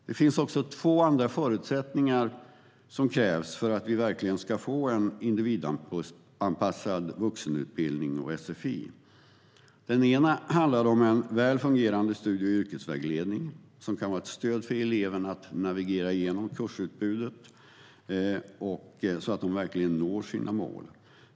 Det finns också två andra förutsättningar som krävs för att vi verkligen ska få en individanpassad vuxenutbildning och sfi. Den ena är en väl fungerande studie och yrkesvägledning som kan vara ett stöd för eleverna att navigera genom kursutbudet så att de verkligen når sina mål.